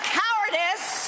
cowardice